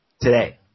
today